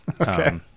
Okay